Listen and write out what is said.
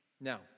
Now